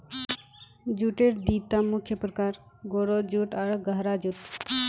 जूटेर दिता मुख्य प्रकार, गोरो जूट आर गहरा जूट